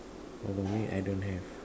oh normally I don't have